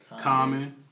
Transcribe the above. Common